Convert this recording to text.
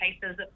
cases